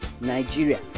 Nigeria